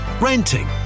renting